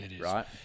Right